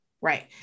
Right